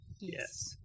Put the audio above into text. Yes